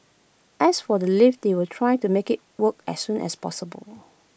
as for the lift they will try to make IT work as soon as possible